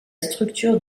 structure